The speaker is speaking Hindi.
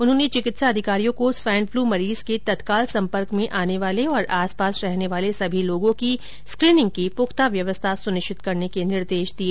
उन्होंने चिकित्सा अधिकारियों को स्वाइन फ्लू मरीज के तत्काल संपर्क में आने वाले और आसपास रहने वाले सभी लोगों की स्क्रीनिंग की पुख्ता व्यवस्था सुनिश्चित करने के निर्देश दिए